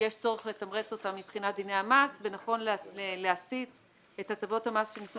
יש צורך לתמרץ אותה מבחינת דיני המס ונכון להסיט את הטבות המס שניתנו